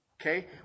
okay